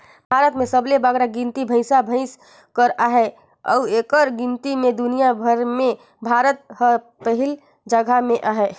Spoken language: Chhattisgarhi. भारत में सबले बगरा गिनती भंइसा भंइस कर अहे अउ एकर गिनती में दुनियां भेर में भारत हर पहिल जगहा में अहे